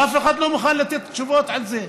ואף אחד לא מוכן לתת תשובות על זה.